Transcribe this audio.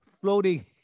floating